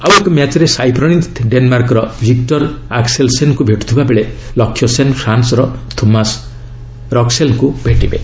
ଆଉ ଏକ ମ୍ୟାଚ୍ରେ ସାଇ ପ୍ରଣୀତ ଡେନ୍ମାର୍କର ଭିକ୍ର ଆକ୍ସେଲ୍ସେନ୍ଙ୍କୁ ଭେଟୁଥିବା ବେଳେ ଲକ୍ଷ୍ୟ ସେନ୍ ଫ୍ରାନ୍ସର ଥୋମାସ୍ ରକ୍ସେଲ୍ଙ୍କୁ ଭେଟିବେ